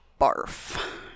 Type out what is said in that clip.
Barf